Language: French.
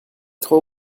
trop